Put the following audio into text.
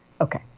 Okay